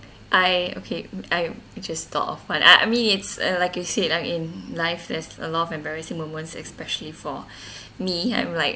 I okay um I just thought of what I I mean it's uh like you said like in life there's a lot of embarrassing moments especially for me I'm like